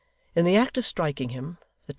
in the act of striking him,